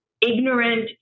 ignorant